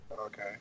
Okay